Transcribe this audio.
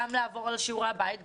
גם לעבור על שיעורי הבית,